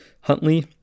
huntley